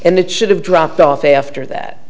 and it should have dropped off after that